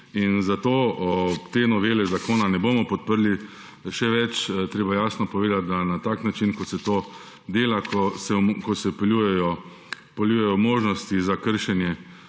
in zato te novele zakona ne bomo podprli. Še več, treba je jasno povedati, da na tak način kot se to dela, ko se vpeljujejo možnosti za kršenje